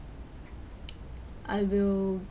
I will